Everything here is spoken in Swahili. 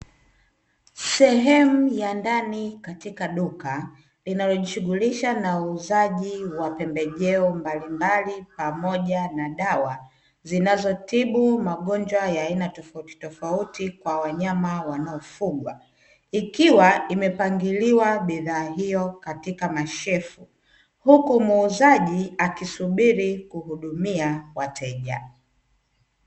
Sehemu ya ndani katika duka linalojishughulisha na uuzaji wa pembejeo mbalimbali, pamoja na dawa zinazotibu magonjwa ya aina tofautitofauti kwa wanyama wanaofugwa ikiwa imepangiliwa bidhaa hiyo katika mashelfu, huku muuzaji akisubiri kuhudumia wateja.